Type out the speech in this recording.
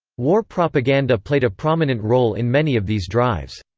war propaganda played a prominent role in many of these drives.